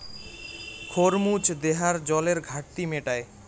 খরমুজ দেহার জলের ঘাটতি মেটায়